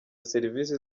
serivisi